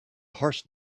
horse